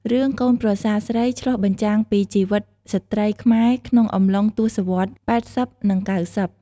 រឿងកូនប្រសាស្រី ឆ្លុះបញ្ចាំងពីជីវិតស្រ្តីខ្មែរ ក្នុងអំឡុងទស្សវត្សរ៍ ៨០ និង៩០។